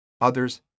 others